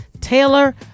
Taylor